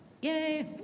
yay